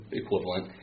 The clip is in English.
equivalent